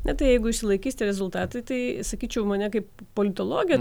net jeigu išsilaikystie rezultatai tai sakyčiau mane kaip politologę